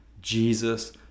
Jesus